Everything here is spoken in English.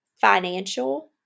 financial